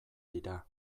dira